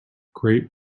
great